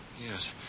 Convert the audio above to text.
Yes